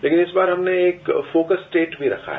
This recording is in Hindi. लेकिन इस बार हमने एक फोकस स्टेट भी रखा है